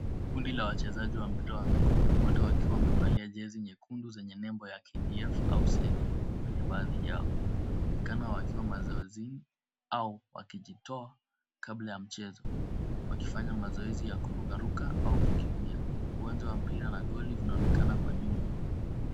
Kundi la wachezaji wa mpira wa miguu, wote wakiwa wamevalia nyekundu zenye nembo ya KDF kwenye baadhi yao, wanaonekana wakiwa au walijitoa kabla ya mchezo wakifanya mazoezi ya kuruka ruka au kukimbia.